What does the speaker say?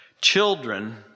children